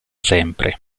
sempre